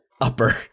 upper